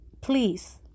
please